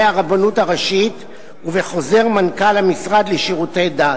הרבנות הראשית ובחוזר מנכ"ל המשרד לשירותי דת.